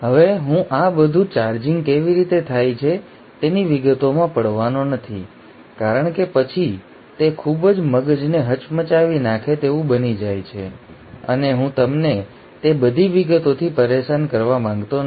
હવે હું આ બધું ચાર્જિંગ કેવી રીતે થાય છે તેની વિગતોમાં પડવાનો નથી કારણ કે પછી તે ખૂબ જ મગજને હચમચાવી નાખે તેવું બની જાય છે અને હું તમને તે બધી વિગતોથી પરેશાન કરવા માંગતો નથી